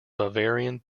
bavarian